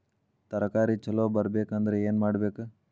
ತರಕಾರಿ ಛಲೋ ಬರ್ಬೆಕ್ ಅಂದ್ರ್ ಏನು ಮಾಡ್ಬೇಕ್?